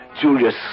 Julius